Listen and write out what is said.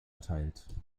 erteilt